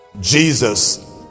Jesus